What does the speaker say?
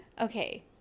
Okay